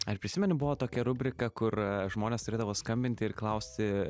ar prisimeni buvo tokia rubrika kur žmonės turėdavo skambinti ir klausti